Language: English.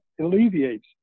alleviates